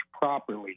properly